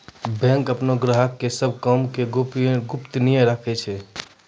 bank अपनो ग्राहको के सभ काम के गोपनीयता राखै छै